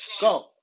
Go